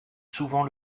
souvent